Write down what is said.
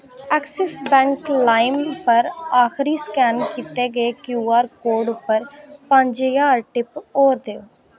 Axis bank लाइम पर आखरी स्कैन कीत्ते गे क्यूआर कोड उप्पर पंज ज्हार टिप्प होर देओ